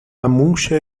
موش